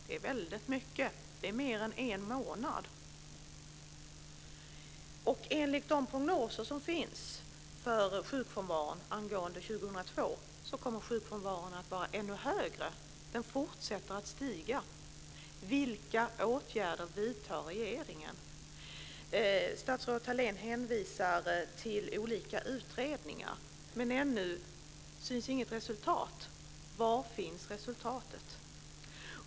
Det är väldigt mycket - det är mer än en månad. Enligt de prognoser som finns för 2002 kommer sjukfrånvaron att bli ännu högre. Den fortsätter alltså att stiga. Vilka åtgärder vidtar regeringen? Statsrådet Thalén hänvisar till olika utredningar. Men ännu syns inget resultat. Var finns resultatet?